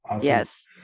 Yes